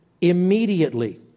immediately